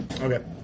Okay